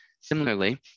Similarly